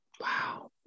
Wow